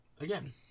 again